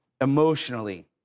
emotionally